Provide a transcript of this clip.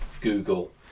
Google